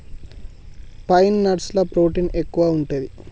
pine nuts ల protein ఎక్కువు ఉంటది